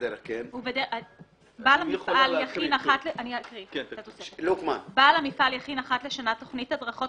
ואין התייחסות לגבי הכנת הדרכות